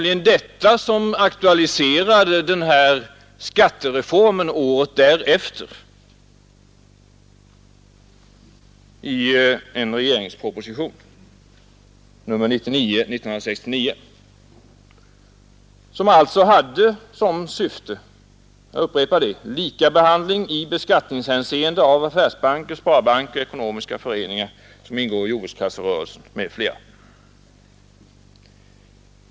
Det var detta som aktualiserade den här skattereformen året därefter, i propositionen 99 år 1969, som alltså hade till syfte att skapa lika behandling i beskattningshänssende av affärsbanker, sparbanker, ekonomiska föreningar som ingår i jordbrukskasserörelsen m.fl.